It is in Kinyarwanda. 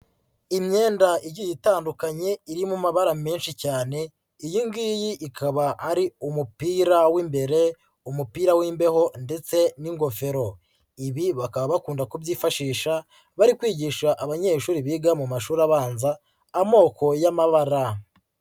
Imyenda igiye itandukanye iri mu mabara menshi cyane iyi ngiyi ikaba ari umupira w'imbere umupira w'imbeho ndetse n'ingofero, ibi bakaba bakunda kubyifashisha bari kwigisha abanyeshuri biga mu mashuri abanza amoko y'amabara.